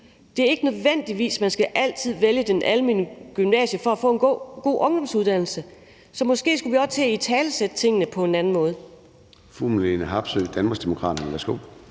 skal ikke nødvendigvis altid vælge det almene gymnasium for at få en god ungdomsuddannelse. Så måske skulle vi også til at italesætte tingene på en anden måde.